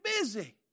busy